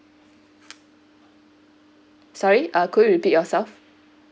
sorry err could you repeat yourself